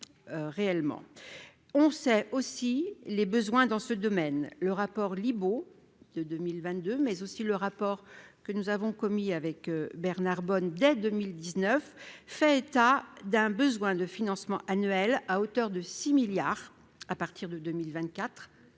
on sait aussi les besoins dans ce domaine, le rapport Libault de 2022, mais aussi le rapport que nous avons commis avec Bernard Bonne biais 2019 fait état d'un besoin de financement annuel, à hauteur de 6 milliards à partir de 2024